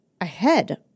ahead